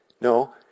No